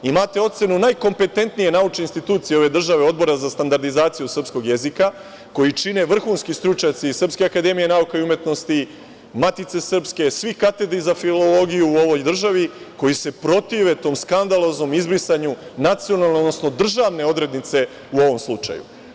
Imate ocenu najkompetentnije naučne institucije ove države, Odbora za standardizaciju srpskog jezika, koji čine vrhunsku stručnjaci iz SANU, Matice srpske, svih katedri za filologiju u ovoj državi, koji se protive tog skandaloznom brisanju nacionalne, odnosno državne odrednice u ovom slučaju.